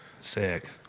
Sick